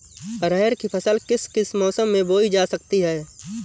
अरहर की फसल किस किस मौसम में बोई जा सकती है?